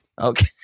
Okay